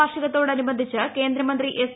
വാർഷികത്തോടനുബന്ധിച്ച് കേന്ദ്രമന്ത്രി എസ്